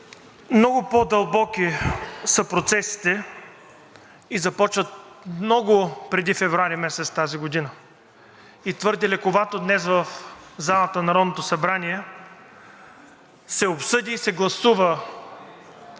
Много по-дълбоки са процесите и започват много преди февруари месец тази година. Твърде лековато днес в залата на Народното събрание се обсъди и се гласува